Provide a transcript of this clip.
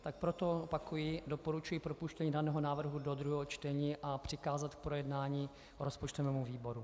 Tak proto opakuji doporučuji propuštění daného návrhu do druhého čtení a přikázat k projednání rozpočtovému výboru.